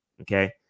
Okay